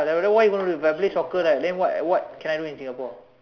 whatever why even if I play soccer right then what what can I do in Singapore